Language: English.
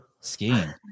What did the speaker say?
Skiing